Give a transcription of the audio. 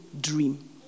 dream